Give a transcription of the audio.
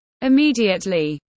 immediately